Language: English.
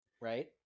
right